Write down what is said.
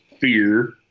fear